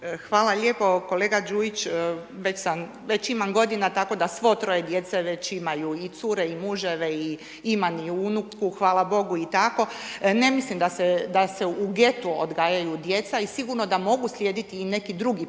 Hvala lijepo. Kolega Đujić, već imam godina, tako da svo troje djece već imaju i cure i muževe i imam i unuku, hvala Bogu i tako. Ne mislim da se u getu odgajaju djeca i sigurno da mogu slijediti i neki drugi primjer,